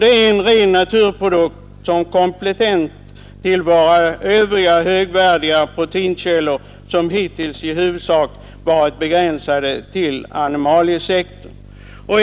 Den är en ren naturprodukt som komplement till våra övriga högvärdiga proteinkällor, vilka hittills i huvudsak varit begränsade till animaliesektorn.